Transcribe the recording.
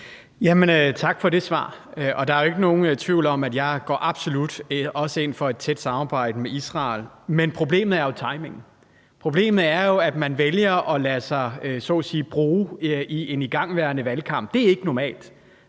Tak for det svar. Der er ikke nogen tvivl om, at jeg absolut også går ind for et tæt samarbejde med Israel, men problemet er jo timingen. Problemet er jo, at man vælger at lade sig så at sige bruge i en igangværende valgkamp. Det er ikke normalt.